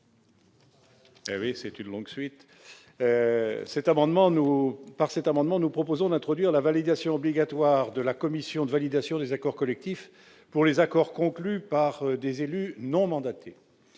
parole est à M. Jean-Louis Tourenne. Nous proposons d'introduire la validation obligatoire de la commission de validation des accords collectifs pour les accords conclus par des élus non mandatés.